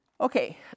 Okay